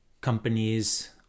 companies